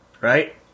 right